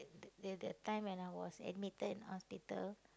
the the that time when I was admitted in hospital